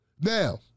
Now